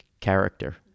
character